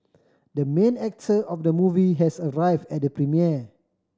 the main actor of the movie has arrive at the premiere